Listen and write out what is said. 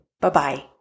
Bye-bye